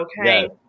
okay